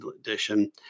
edition